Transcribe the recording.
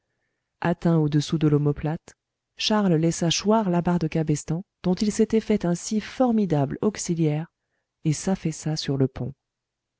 atteint au dessous de l'omoplate charles laissa choir la barre de cabestan dont il s'était fait un si formidable auxiliaire et s'affaissa sur le pont